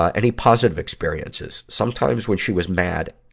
ah any positive experiences? sometimes, when she was mad